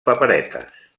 paperetes